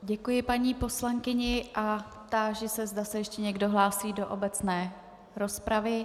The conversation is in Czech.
Děkuji paní poslankyni a táži se, zda se ještě někdo hlásí do obecné rozpravy.